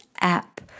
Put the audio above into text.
app